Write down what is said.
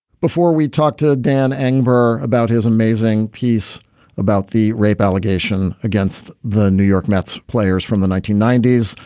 before we talk to dan anger about his amazing piece about the rape allegation against the new york mets players from the nineteen ninety s,